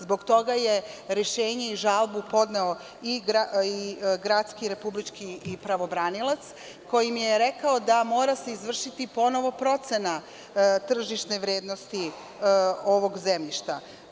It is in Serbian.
Zbog toga je rešenje i žalbu podneo i gradski i republički pravobranilac, koji je rekao da se mora izvršiti ponovo procena tržišne vrednosti ovog zemljišta.